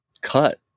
cut